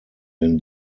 den